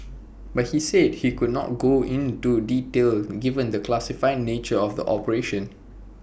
but he said he could not go into detail given the classified nature of the operation